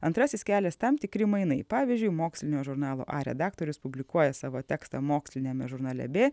antrasis kelias tam tikri mainai pavyzdžiui mokslinio žurnalo a redaktorius publikuoja savo tekstą moksliniame žurnale b